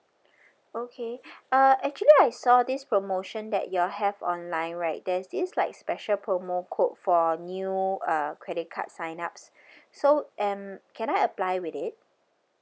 okay uh actually I saw this promotion that you all have online right there's this like special promo code for new uh credit card sign ups so um can I apply with it